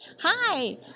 Hi